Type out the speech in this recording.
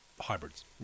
hybrids